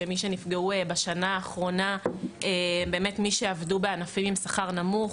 שמי שנפגעו בשנה האחרונה הם באמת מי שעבדו בענפים בשכר הנמוך,